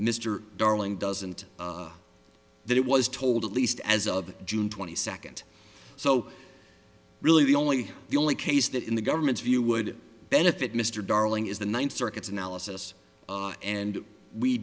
mr darling doesn't that it was told at least as of june twenty second so really the only the only case that in the government's view would benefit mr darling is the ninth circuit's analysis and we